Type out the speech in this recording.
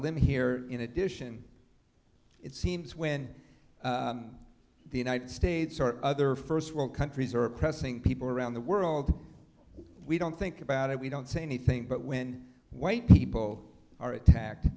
limb here in addition it seems when the united states or other first world countries are oppressing people around the world we don't think about it we don't say anything but when white people are attacked